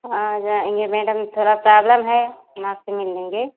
आ जाएंगे मैडम थोड़ा प्रब्लम है हम आपसे मिल लेंगे